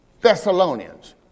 Thessalonians